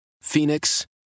Phoenix